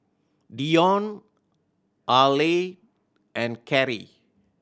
Dion Arleth and Kerrie